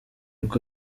uko